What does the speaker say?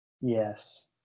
Yes